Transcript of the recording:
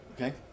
Okay